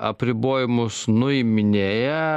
apribojimus nuiminėja